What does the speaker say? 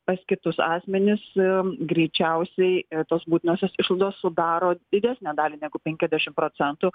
pas kitus asmenis greičiausiai tos būtinosios išlaidos sudaro didesnę dalį negu penkiasdešimt procentų